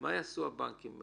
מה יעשו הבנקים?